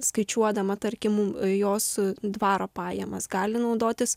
skaičiuodama tarkim jos dvaro pajamas gali naudotis